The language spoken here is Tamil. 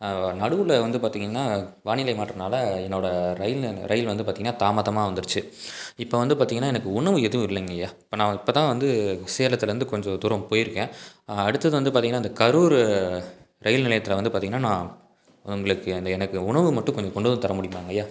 நடுவில் வந்து பார்த்திங்கனா வானிலை மாற்றத்துனால என்னோட ரயில் ரயில் வந்து பார்த்திங்கனா தாமதமாக வந்துடுச்சு இப்போ வந்து பார்த்திங்கனா எனக்கு உணவு எதுவும் இல்லைங்கய்யா இப்போ நான் இப்போ தான் வந்து சேலத்துலேருந்து கொஞ்ச தூரம் போயிருக்கேன் அடுத்தது வந்து பார்த்திங்கனா அந்த கரூர் ரயில் நிலையத்தில் வந்து பார்த்திங்கனா நான் உங்களுக்கு அந்த எனக்கு உணவு மட்டும் கொஞ்சம் கொண்டு வந்து தரமுடியுமாங்கய்யா